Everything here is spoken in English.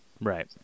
Right